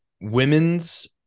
women's